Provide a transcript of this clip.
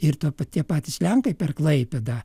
ir ta pati tie patys lenkai per klaipėdą